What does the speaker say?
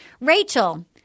Rachel